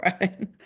right